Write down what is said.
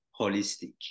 holistic